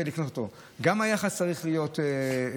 גם היחס צריך להיות בהתאם.